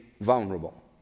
vulnerable